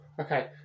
Okay